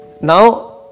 Now